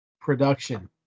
production